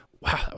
wow